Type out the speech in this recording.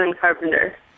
Carpenter